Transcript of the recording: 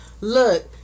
Look